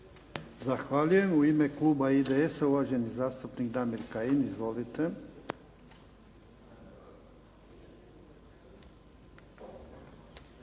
Zahvaljujem. U ime kluba IDS-a, uvaženi zastupnik Damir Kajin. Izvolite.